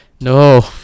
No